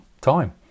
time